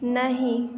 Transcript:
नहि